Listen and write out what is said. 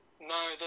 No